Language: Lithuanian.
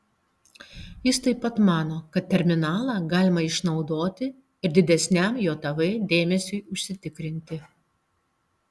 jis taip pat mano kad terminalą galima išnaudoti ir didesniam jav dėmesiui užsitikrinti